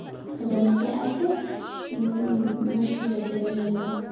اَگر نہٕ یہِ آسہِ ہے مُشکِل گژھِ ہے واریاہ زیادٕ